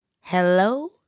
Hello